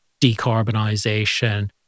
decarbonization